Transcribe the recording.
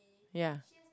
ya